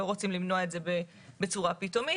לא רוצים למנוע את זה בצורה פתאומית,